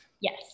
Yes